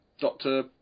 Doctor